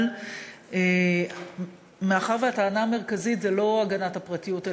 אבל מאחר שהטענה המרכזית היא לא הגנת הפרטיות,